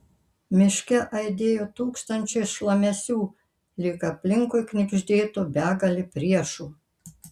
miške aidėjo tūkstančiai šlamesių lyg aplinkui knibždėtų begalė priešų